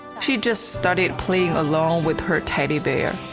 she just studied playing along with her teddy bear.